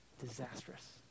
disastrous